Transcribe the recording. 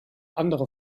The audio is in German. andere